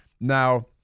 Now